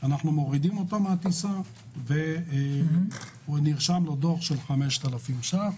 אנחנו מורידים אותו מן הטיסה ונרשם לו דוח של 5,000 שקל.